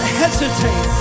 hesitate